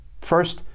First